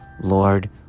Lord